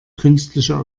künstliche